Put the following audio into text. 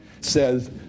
says